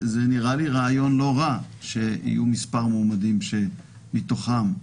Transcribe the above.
זה נראה לי רעיון לא רע שיהיו מספר מועמדים שמתוכם ניתן לבחור.